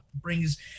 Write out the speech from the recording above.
brings